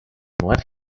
left